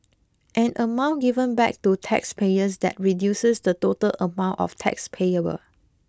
an amount given back to taxpayers that reduces the total amount of tax payable